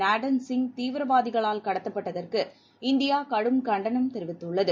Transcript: நேடன் சிங் தீவிரவாதிகளால் கடத்தப்பட்டதற்கு இந்தியா கடும் கண்டனம் தெரிவித்துள்ளது